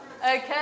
Okay